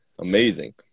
amazing